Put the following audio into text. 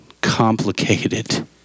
complicated